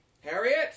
Harriet